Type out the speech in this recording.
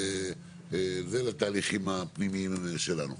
תאריכים פנימיים שלנו.